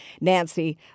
Nancy